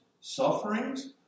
sufferings